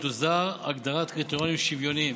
ותסדיר הגדרת קריטריונים שוויוניים.